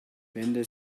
vendor